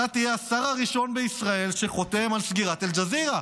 אתה תהיה השר הראשון בישראל שחותם על סגירת אל-ג'זירה.